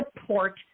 support